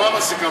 אני מנסה להבין.